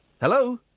Hello